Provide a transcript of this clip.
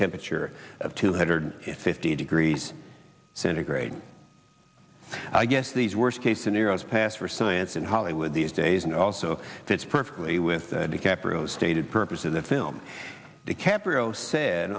temperature of two hundred fifty degrees centigrade i guess these worst case scenarios pass for science in hollywood these days and also fits perfectly with the stated purpose of the film dicaprio said